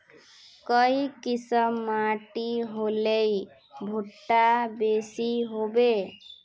काई किसम माटी होले भुट्टा बेसी होबे?